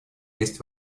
есть